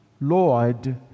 Lord